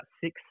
six